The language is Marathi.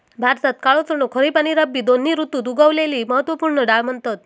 भारतात काळो चणो खरीब आणि रब्बी दोन्ही ऋतुत उगवलेली महत्त्व पूर्ण डाळ म्हणतत